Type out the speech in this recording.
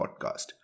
podcast